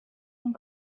and